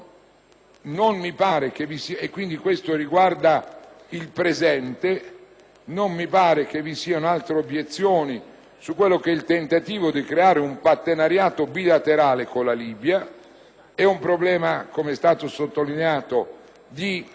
Non mi pare vi siano altre obiezioni sul tentativo di creare un partenariato bilaterale con la Libia. È un problema, come è stato sottolineato, di